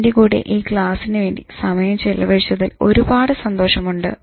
എന്റെ കൂടെ ഈ ക്ലാസിനു വേണ്ടി സമയം ചിലവഴിച്ചതിൽ ഒരുപാട് സന്തോഷമുണ്ട്